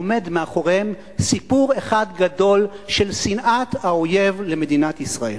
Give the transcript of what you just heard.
עומד מאחוריהם סיפור אחד גדול של שנאת האויב למדינת ישראל.